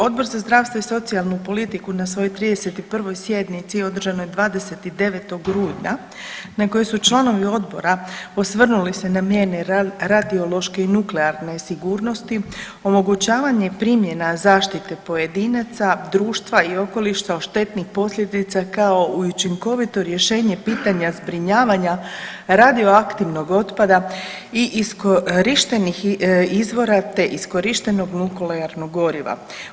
Odbor za zdravstvo i socijalnu politiku na svojoj 31. sjednici održanoj 29. rujna na kojoj su članovi odbora osvrnuli se na mjere radiološke i nuklearne sigurnosti, omogućavanje i primjena zaštite pojedinaca, društva i okoliša o štetnim posljedica kao i učinkovito rješenje pitanja zbrinjavanja radioaktivnog otpada i iskorištenih izvora te iskorištenog nuklearnog goriva.